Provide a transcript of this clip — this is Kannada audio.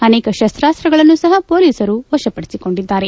ಅನೇಕ ಶಸ್ತ್ರಾಸ್ತ್ರಗಳನ್ನೂ ಸಹ ಪೊಲೀಸರು ವಶಪಡಿಸಿಕೊಂಡಿದ್ದಾರೆ